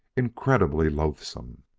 incredibly loathsome!